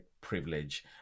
privilege